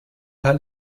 paar